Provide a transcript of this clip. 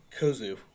Kozu